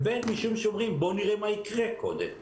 ו-ב', משום שהם אומרים בואו נראה מה יקרה קודם.